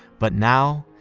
but now,